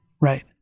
Right